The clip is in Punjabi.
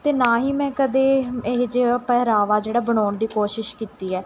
ਅਤੇ ਨਾ ਹੀ ਮੈਂ ਕਦੇ ਇਹੋ ਜਿਹਾ ਪਹਿਰਾਵਾ ਜਿਹੜਾ ਬਣਾਉਣ ਦੀ ਕੋਸ਼ਿਸ਼ ਕੀਤੀ ਹੈ